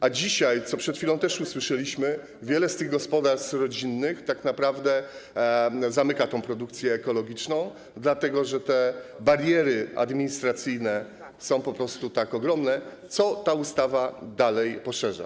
A dzisiaj, co przed chwilą też usłyszeliśmy, wiele z tych gospodarstw rodzinnych tak naprawdę zamyka produkcję ekologiczną, dlatego że bariery administracyjne są tak ogromne, co ta ustawa dalej poszerza.